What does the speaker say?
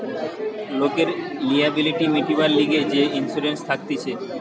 লোকের লিয়াবিলিটি মিটিবার লিগে যে ইন্সুরেন্স থাকতিছে